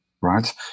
right